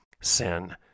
sin